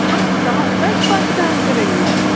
बस दा दस पाँच कम करेंगी आप